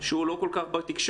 שהוא לא כל כך בתקשורת,